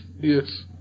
Yes